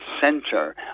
center